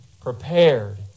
prepared